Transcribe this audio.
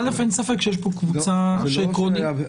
אין ספק שיש כאן קבוצה שעקרונית לא רוצה להתחסן.